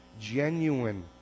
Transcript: Genuine